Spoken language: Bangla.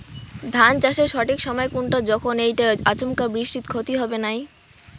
ধান চাষের সঠিক সময় কুনটা যখন এইটা আচমকা বৃষ্টিত ক্ষতি হবে নাই?